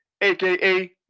AKA